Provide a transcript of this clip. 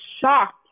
shocked